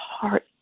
heart